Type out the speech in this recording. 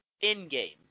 in-game